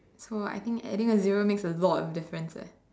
so I think adding a zero makes a lot of difference eh